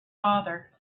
father